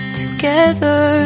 together